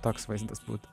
toks vaizdas būtų